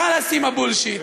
חלאס עם הבולשיט,